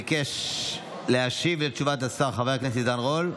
ביקש להשיב על תשובת השר חבר הכנסת עידן רול.